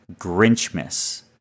Grinchmas